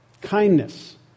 Kindness